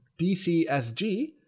DCSG